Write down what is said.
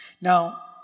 Now